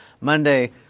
Monday